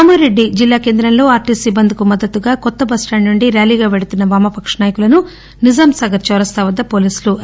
కామారెడ్డి జిల్లా కేంద్రంలో ఆర్టీసీ బంద్ కు మద్దతుగా కొత్త బస్టాండ్ నుండి ర్యాలీగా వెళుతున్న వామపక్ష నాయకులను నిజాంసాగర్ చౌరాస్తా వద్ద పోలీసులు అరెస్టు చేశారు